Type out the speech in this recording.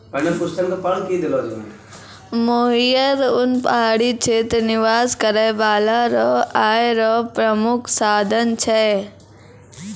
मोहियर उन पहाड़ी क्षेत्र निवास करै बाला रो आय रो प्रामुख साधन छै